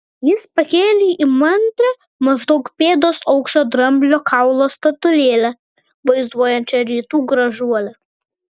jis pakėlė įmantrią maždaug pėdos aukščio dramblio kaulo statulėlę vaizduojančią rytų gražuolę